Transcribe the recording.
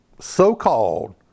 so-called